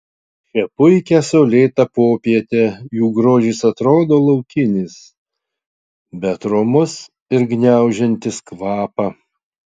šią puikią saulėtą popietę jų grožis atrodo laukinis bet romus ir gniaužiantis kvapą